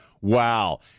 Wow